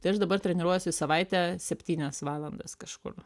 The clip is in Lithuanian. tai aš dabar treniruojuos į savaitę septynias valandas kažkur